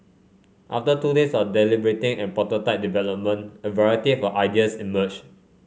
after two days of deliberating and prototype development a variety of ideas emerged